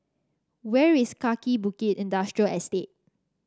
where is Kaki Bukit Industrial Estate